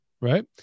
Right